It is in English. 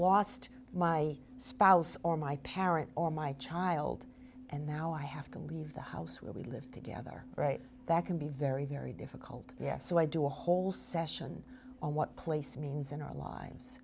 lost my spouse or my parent or my child and now i have to leave the house where we live together that can be very very difficult yet so i do a whole session on what place means in our